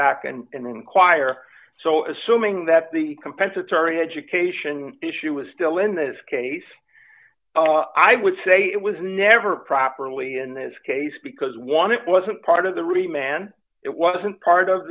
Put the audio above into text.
back and inquire so assuming that the compensatory education issue was still in this case i would say it was never properly in this case because one it wasn't part of the re man it wasn't part of